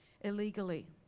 illegally